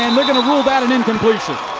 um they're going to rule that an imcompletion.